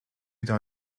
dans